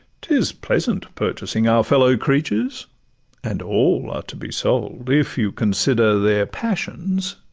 t is pleasant purchasing our fellow-creatures and all are to be sold, if you consider their passions,